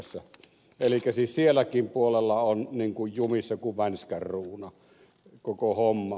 elikkä siis silläkin puolella on jumissa kuin vänskän ruuna koko homma